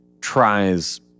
tries